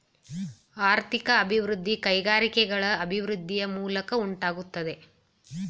ಆರ್ಥಿಕ ಅಭಿವೃದ್ಧಿ ಕೈಗಾರಿಕೆಗಳ ಅಭಿವೃದ್ಧಿಯ ಮೂಲಕ ಉಂಟಾಗುತ್ತದೆ